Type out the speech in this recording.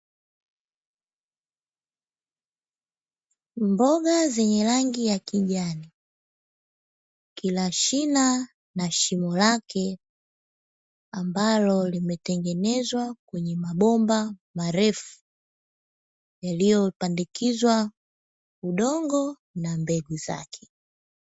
Mboga zenye rangi ya kijani kila shina na shimo lake ambalo limetengenezwa kwenye mabomba marefu, yaliyopandikizwa udongo na mbegu zake.